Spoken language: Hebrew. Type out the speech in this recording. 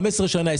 15 שנים,